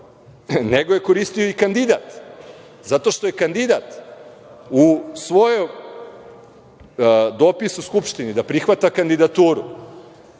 nego je koristio i kandidat, zato što je kandidat u svom dopisu Skupštini da prihvata kandidaturu,